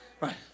right